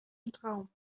traum